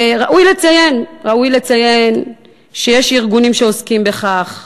ראוי לציין שיש ארגונים שעוסקים בכך,